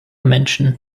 menschen